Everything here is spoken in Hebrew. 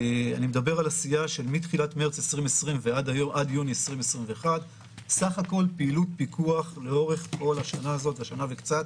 אני מדבר על עשייה מתחילת מרץ 2020 ועד יוני 2021. סך הכול פעילות פיקוח לאורך כל השנה וקצת הזאת